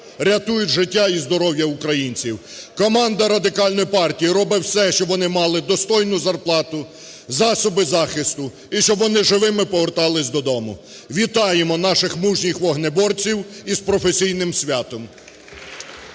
рятують життя і здоров'я українців. Команда Радикальної партії робить все, щоб вони мали достойну зарплату, засоби захисту, і щоб вони живими повертались додому. Вітаємо наших мужніх вогнеборців із професійним святом.